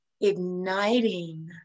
igniting